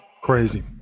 Crazy